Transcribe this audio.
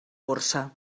borsa